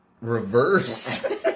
reverse